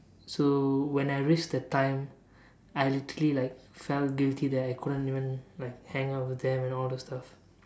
so when I risk the time I literally like felt guilty that I couldn't even like hang out with them and all those stuff